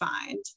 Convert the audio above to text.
find